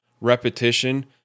repetition